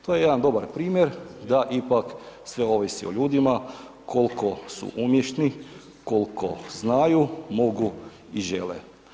To je jedan dobar primjer, da ipak sve ovisi o ljudima, koliko su umješni, koliko znaju, mogu i žele.